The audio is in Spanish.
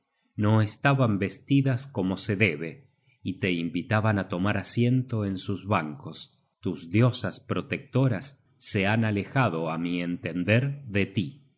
no estaban vestidas como se debe y te invitaban á tomar asiento en sus bancos tus diosas protectoras se han alejado á mi entender de tí